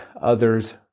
others